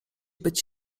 być